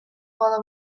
while